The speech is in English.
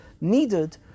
needed